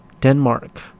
Denmark